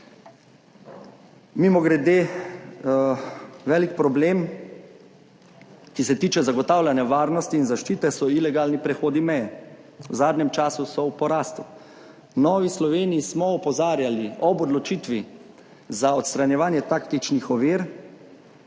Mimogrede, velik problem, ki se tiče zagotavljanja varnosti in zaščite so ilegalni prehodi meje. V zadnjem času so v porastu. V Novi Sloveniji smo opozarjali ob odločitvi za odstranjevanje taktičnih ovir,